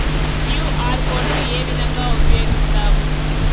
QR code ను ఏ విధంగా ఉపయగిస్తాము?